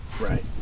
Right